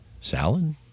salad